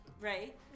Right